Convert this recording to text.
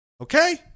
Okay